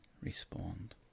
Respond